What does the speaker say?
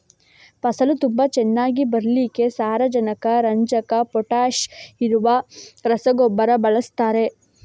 ಫಸಲು ತುಂಬಾ ಚೆನ್ನಾಗಿ ಬರ್ಲಿಕ್ಕೆ ಸಾರಜನಕ, ರಂಜಕ, ಪೊಟಾಷ್ ಇರುವ ರಸಗೊಬ್ಬರ ಬಳಸ್ತಾರೆ